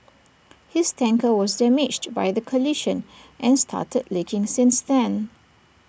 his tanker was damaged by the collision and started leaking since then